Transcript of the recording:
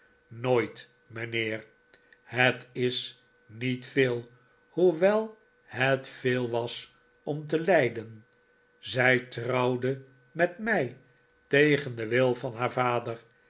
nooit mijnheer het is niet veel hoewel het veel was om te lijden zij trouwde met mij tegen den wil van haar vader